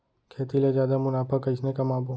खेती ले जादा मुनाफा कइसने कमाबो?